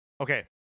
Okay